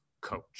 coach